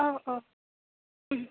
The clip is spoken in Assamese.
অঁ অঁ